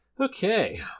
okay